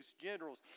generals